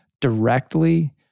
directly